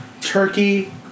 turkey